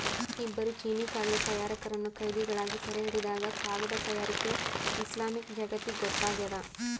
ಇಬ್ಬರು ಚೀನೀಕಾಗದ ತಯಾರಕರನ್ನು ಕೈದಿಗಳಾಗಿ ಸೆರೆಹಿಡಿದಾಗ ಕಾಗದ ತಯಾರಿಕೆ ಇಸ್ಲಾಮಿಕ್ ಜಗತ್ತಿಗೊತ್ತಾಗ್ಯದ